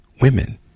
women